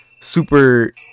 super